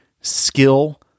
skill